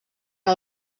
que